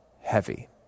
heavy